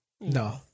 no